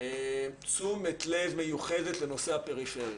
תשומת לב מיוחדת לנושא הפריפריה.